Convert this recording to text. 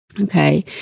Okay